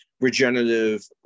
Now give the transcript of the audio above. regenerative